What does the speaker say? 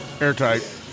Airtight